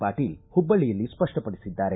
ಪಾಟೀಲ್ ಹುಬ್ಬಳ್ಳಿಯಲ್ಲಿ ಸ್ಪಷ್ಟಪಡಿಸಿದ್ದಾರೆ